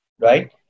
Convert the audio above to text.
Right